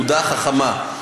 כי זה נכנס לתעודה החכמה,